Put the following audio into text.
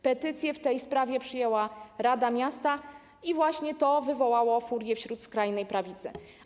Petycję w tej sprawie przyjęła rada miasta i właśnie to wywołało furię wśród skrajnej prawicy.